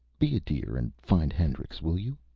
be a dear and find hendrix, will you?